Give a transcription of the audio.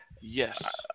yes